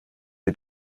die